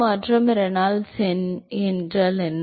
மாற்றம் ரெனால்ட்ஸ் எண் என்ன